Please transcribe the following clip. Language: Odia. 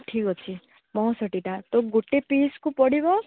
ଠିକ୍ ଅଛି ପଅଁଷଟିଟା ତ ଗୋଟେ ପିସ୍କୁ ପଡ଼ିବ